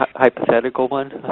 hypothetical one?